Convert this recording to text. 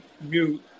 mute